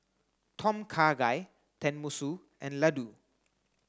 Tom Kha Gai Tenmusu and Ladoo